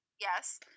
Yes